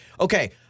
Okay